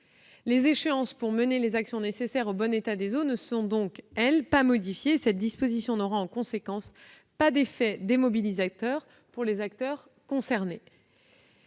Les échéances pour mener les actions nécessaires au bon état des eaux ne sont donc pas modifiées, et cette disposition n'aura pas d'effet démobilisateur sur les acteurs concernés.